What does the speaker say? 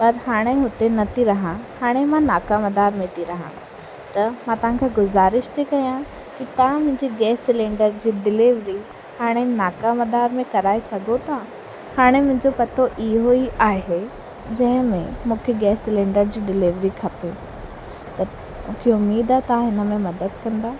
पर हाणे हुते न थी रहां हाणे मां नाका मदार में थी रहां त मां तव्हां खे गुज़ारिश थी कयां कि तव्हां मुंहिंजी गैस सिलैंडर जे डिलीवरी हाणे नाका मदार में कराए सघो था हाणे मुंहिंजो पतो इहो ई आहे जंहिंमें मूंखे गैस सिलैंडर जी डिलीवरी खपे त मूंखे उमेदु आहे तव्हां हिन में मदद कंदा